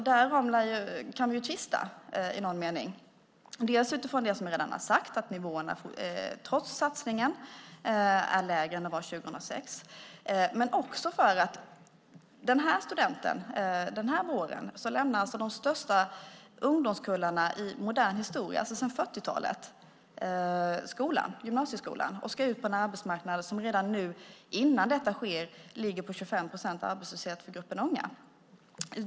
Därom kan vi ju tvista i någon mening, delvis utifrån det som vi redan har sagt om att nivåerna trots satsningen är lägre än de var 2006. Men det handlar också om att den här våren lämnar de största ungdomskullarna i modern historia, sedan 40-talet, gymnasieskolan. De ska ut på en arbetsmarknad som redan nu, innan detta sker, ligger på 25 procents arbetslöshet för gruppen unga.